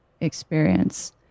experience